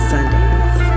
Sundays